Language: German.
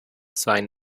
sein